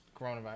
Coronavirus